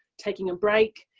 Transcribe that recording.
taking a break,